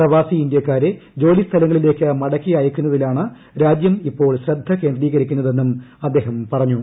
പ്രവാസി ഇന്ത്യക്കാരെ ജോലിസ്ഥലങ്ങളില്ലേക്ക് മടക്കി അയക്കുന്നതിലാണ് രാജ്യം ഇപ്പോൾ ശ്രദ്ധ ക്ക്രിന്ദ്രീക്രിച്ചിരിക്കുന്നതെന്നും അദ്ദേഹം പറഞ്ഞു